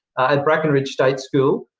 at bracken ridge state school,